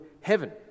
Heaven